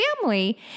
family